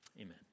amen